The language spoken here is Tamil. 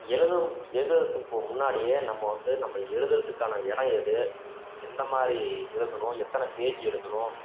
எழுதும் எழுதுறதுப்போது முன்னாடியே நம்ம வந்து நம்ம எழுதுறத்துக்கான இடம் எது எந்த மாதிரி எழுதணும் எத்தனை பேஜு எழுதுகிறோம்